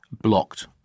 blocked